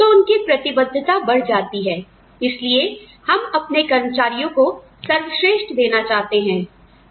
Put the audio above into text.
तो उनकी प्रतिबद्धता बढ़ जाती है इसलिए हम अपने कर्मचारियों को सर्वश्रेष्ठ देना चाहते हैं